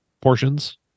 portions